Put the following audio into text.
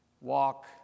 Walk